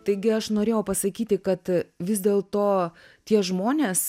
taigi aš norėjau pasakyti kad vis dėl to tie žmonės